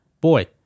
Boy